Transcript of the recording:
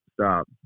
stop